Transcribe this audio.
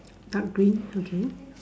dark green okay